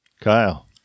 Kyle